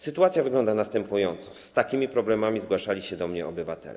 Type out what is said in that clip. Sytuacja wygląda następująco, z takimi problemami zgłaszali się do mnie obywatele.